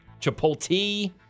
Chipotle